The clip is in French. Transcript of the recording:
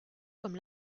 comme